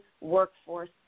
workforce